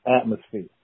atmosphere